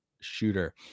shooter